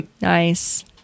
Nice